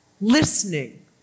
listening